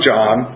John